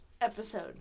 episode